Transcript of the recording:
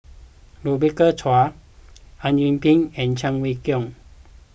Rebecca Chua Au Yue Pak and Cheng Wai Keung